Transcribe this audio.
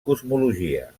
cosmologia